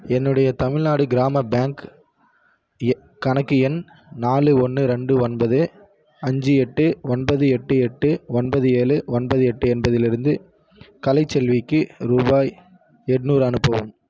என்னுடைய தமிழ்நாடு கிராம பேங்க் எ கணக்கு எண் நாலு ஒன்று ரெண்டு ஒன்பது அஞ்சு எட்டு ஒன்பது எட்டு எட்டு ஒன்பது ஏழு ஒன்பது எட்டு என்பதிலிருந்து கலைச்செல்விக்கு ரூபாய் எட்நூறு அனுப்பவும்